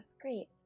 Great